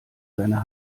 seiner